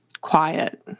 quiet